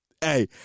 Hey